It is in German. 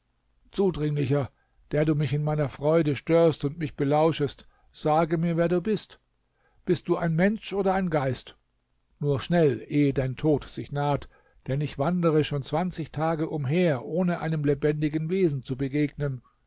zudringlicher der du mich in meiner freude störst und mich belauschest sage mir wer bist du bist du ein mensch oder ein geist nur schnell ehe dein tod sich naht denn ich wandere schon zwanzig tage umher ohne einem lebendigen wesen zu begegnen